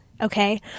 okay